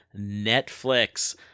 Netflix